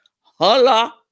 hola